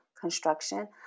construction